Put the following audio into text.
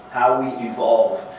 how we evolve.